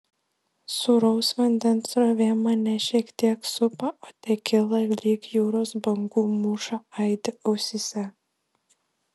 sūraus vandens srovė mane šiek tiek supa o tekila lyg jūros bangų mūša aidi ausyse